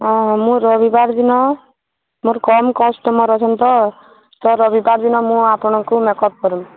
ହଁ ମୁଁ ରବିବାର ଦିନ ମୋର କମ୍ କଷ୍ଟମର୍ ଅଛନ୍ତି ତ ରବିବାର ଦିନ ମୁଁ ଆପଣଙ୍କୁ ମେକଅପ୍ କର୍ବି